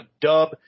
dub